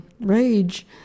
rage